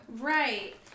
Right